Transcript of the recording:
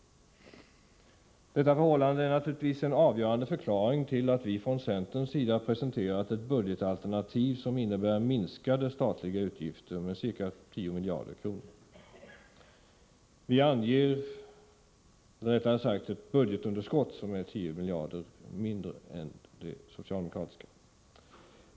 Detta förhållande är naturligtvis en avgörande förklaring till att vi från centerns sida presenterat ett budgetalternativ med ett budgetunderskott som är ca 10 miljarder kronor lägre än det socialdemokratiska.